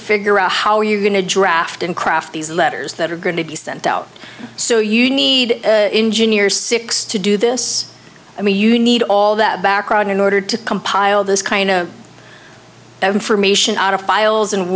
figure out how you're going to draft and craft these letters that are going to be sent out so you need engineers six to do this i mean you need all that background in order to compile this kind of information out of files and